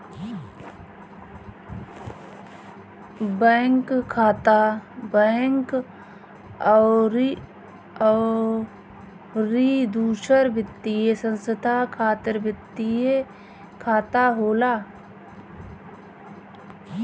bank खाता, bank अउरी दूसर वित्तीय संस्था खातिर वित्तीय खाता होला